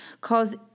cause